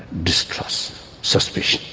distrust, suspicion.